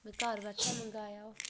में घर बैठे दे मंगाया ओह्